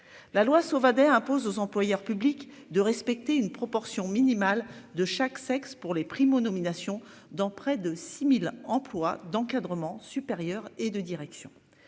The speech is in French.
La loi Sauvadet impose aux employeurs publics de respecter une proportion minimale de chaque sexe pour les primo-nominations dans près de 6000 emplois d'encadrement supérieur et de direction.